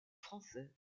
français